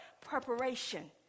Preparation